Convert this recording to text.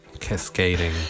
Cascading